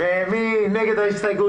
מי בעד?